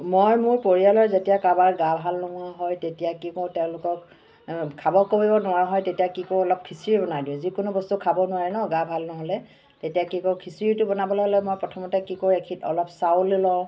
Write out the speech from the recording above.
মই মোৰ পৰিয়ালৰ যেতিয়া কাৰোবাৰ গা ভাল নোহোৱা হয় তেতিয়া কি কৰোঁ তেওঁলোকক খাব কৰিব নোৱাৰা হয় তেতিয়া তেওঁলোকক কি কৰোঁ অলপ খিচিৰি বনাই দিওঁ যিকোনো বস্তু খাব নোৱাৰে ন গা ভাল নহ'লে তেতিয়া কি কৰোঁ খিচিৰিটো বনাবলৈ হ'লে মই প্ৰথমতে কি কৰোঁ এখি অলপ চাউল অলপ